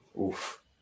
Oof